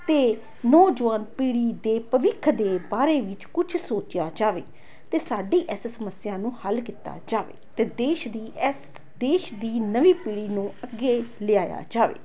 ਅਤੇ ਨੋਜਵਾਨ ਪੀੜ੍ਹੀ ਦੇ ਭਵਿੱਖ ਦੇ ਬਾਰੇ ਵਿੱਚ ਕੁਛ ਸੋਚਿਆ ਜਾਵੇ ਅਤੇ ਸਾਡੀ ਇਸ ਸਮੱਸਿਆ ਨੂੰ ਹੱਲ ਕੀਤਾ ਜਾਵੇ ਅਤੇ ਦੇਸ਼ ਦੀ ਇਸ ਦੇਸ਼ ਦੀ ਨਵੀਂ ਪੀੜ੍ਹੀ ਨੂੰ ਅੱਗੇ ਲਿਆਇਆ ਜਾਵੇ